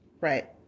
Right